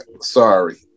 Sorry